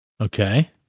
Okay